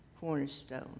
cornerstone